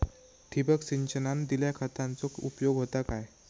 ठिबक सिंचनान दिल्या खतांचो उपयोग होता काय?